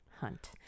hunt